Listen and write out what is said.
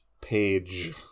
page